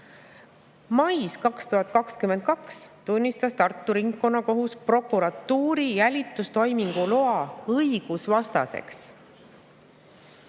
Mais 2022 tunnistas Tartu Ringkonnakohus prokuratuuri jälitustoimingu loa õigusvastaseks.